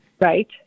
right